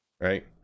right